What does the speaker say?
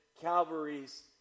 Calvary's